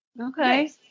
Okay